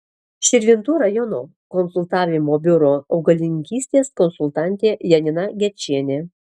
širvintų rajono konsultavimo biuro augalininkystės konsultantė janina gečienė